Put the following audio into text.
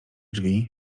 drzwi